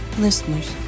Listeners